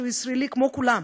שהוא ישראלי כמו כולם,